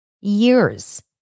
Years